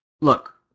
Look